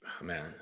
man